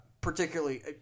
particularly